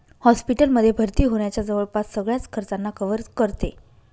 hospital मध्ये भर्ती होण्याच्या जवळपास सगळ्याच खर्चांना कव्हर करते